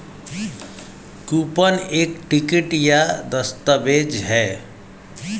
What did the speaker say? coupon एक ticket या दस्तावेज़ है